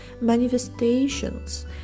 manifestations